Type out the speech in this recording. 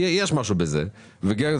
כי יש בזה משהו,